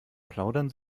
plaudern